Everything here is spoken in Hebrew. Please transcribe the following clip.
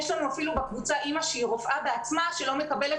יש לנו בקבוצה אימא שהיא רופאה בעצמה שלא מקבלת